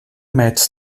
met